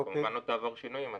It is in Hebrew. עוד תעבור שינויים.